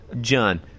John